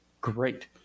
great